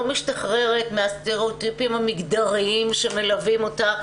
משתחררת מהסטריאוטיפים המגדריים שמלווים אותה,